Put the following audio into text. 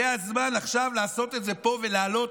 זה הזמן עכשיו לעשות את זה פה ולהעלות,